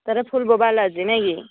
ତାହେଲେ football ଆଜି ନାହିଁ କି